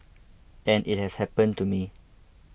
and it has happened to me